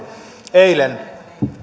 eilen